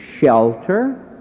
shelter